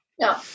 no